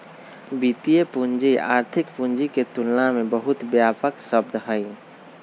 वित्तीय पूंजी आर्थिक पूंजी के तुलना में बहुत व्यापक शब्द हई